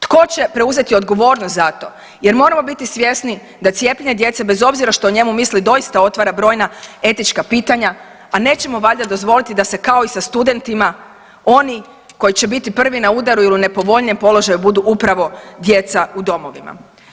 Tko će preuzeti odgovornost za to jer moramo biti svjesni da cijepljenje djece bez obzira što o njemu misli, doista otvara brojna etička pitanja a nećemo valjda dozvoliti da se kao i studentima oni koji će biti prvi na udaru ili u nepovoljnijem položaju, budu upravo djeca u domovima.